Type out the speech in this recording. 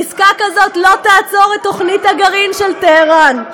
עסקה כזאת לא תעצור את תוכנית הגרעין של טהרן.